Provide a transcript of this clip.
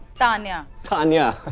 tanya. tanya!